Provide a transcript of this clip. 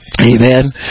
Amen